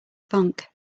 funk